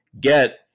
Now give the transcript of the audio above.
get